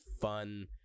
fun